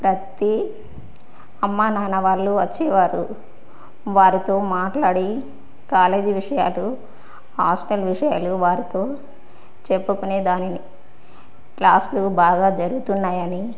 ప్రతి అమ్మ నాన్న వాళ్ళు వచ్చేవారు వారితో మాట్లాడి కాలేజీ విషయాలు హాస్టల్ విషయాలు వారితో చెప్పుకునే దానిని క్లాస్లు బాగా జరుగుతున్నాయని